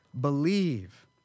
believe